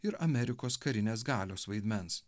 ir amerikos karinės galios vaidmens